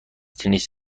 تنیس